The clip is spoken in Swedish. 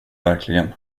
verkligen